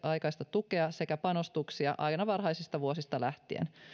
aikaista tukea sekä panostuksia aina varhaisista vuosista lähtien